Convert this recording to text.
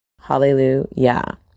Hallelujah